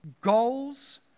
goals